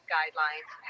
Guidelines